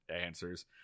answers